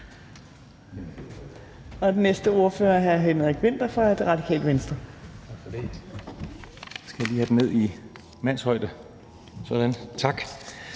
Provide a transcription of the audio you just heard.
Den næste ordfører er hr. Henrik Vinther fra Radikale Venstre.